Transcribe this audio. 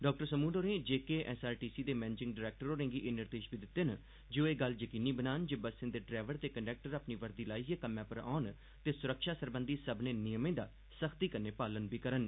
doctor समून होरे J K SRTC दे मैनेजिंग डरैक्टर होरें'गी एह निर्देश बी दित्ते न जे ओह् एह् गल्ल जकीनी बनान जे बसें दे डरैवर ते कन्टक्टर अपनी वर्दी लाइयै कम्म पर औन ते सुरक्षा सरबंधी सब्मनें नियमें दा सख्ती कन्नै पालन बी करन